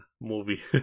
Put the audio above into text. movie